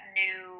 new